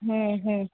হুম হুম